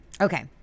Okay